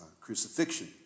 crucifixion